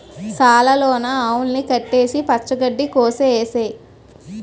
సాల లోన ఆవుల్ని కట్టేసి పచ్చ గడ్డి కోసె ఏసేయ్